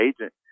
agent